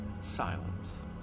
silence